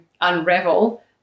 unravel